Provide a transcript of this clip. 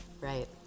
Right